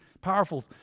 Powerful